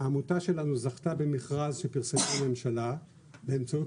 העמותה שלנו זכתה במכרז שפרסמה הממשלה באמצעות